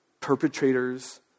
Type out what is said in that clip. perpetrators